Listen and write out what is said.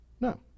No